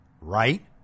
right